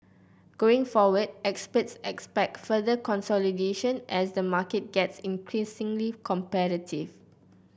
going forward experts expect further consolidation as the market gets increasingly competitive